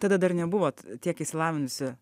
tada dar nebuvot tiek išsilavinusi